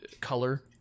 color